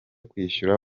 kwishyura